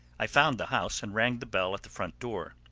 i found the house and rang the bell at the front door.